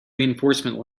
reinforcement